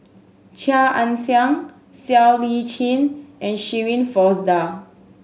Chia Ann Siang Siow Lee Chin and Shirin Fozdar